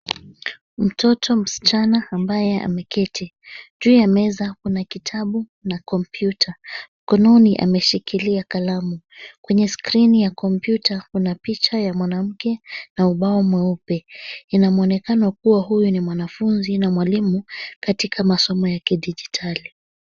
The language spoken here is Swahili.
Mtoto msichana ambaye ameketi, juu ya meza kuna kitabu na kompyuta, mkononi ameshikilia kalamu. Kwenye skrini ya kompyuta kuna picha ya mwanamke na ubao mweupe inamwonekano kua huyu ni mwanafunzi na mwalimu katika masomo ya kidijitali.